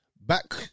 Back